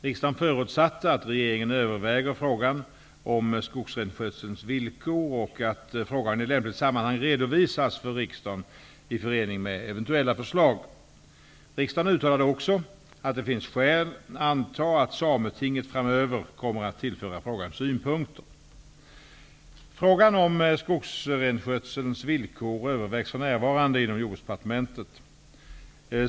Riksdagen förutsatte att regeringen överväger frågan om skogsrenskötselns villkor och att frågan i lämpligt sammanhang redovisas för riksdagen i förening med eventuella förslag. Riksdagen uttalade också att det finns skäl anta att sametinget framöver kommer att tillföra frågan synpunkter. Frågan om skogsrenskötselns villkor övervägs för närvarande inom Jordbruksdepartementet.